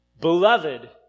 Beloved